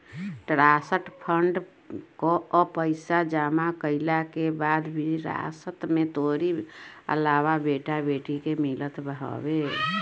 trust fund कअ पईसा जमा कईला के बाद विरासत में तोहरी आवेवाला बेटा बेटी के मिलत बाटे